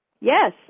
Yes